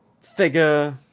figure